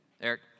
eric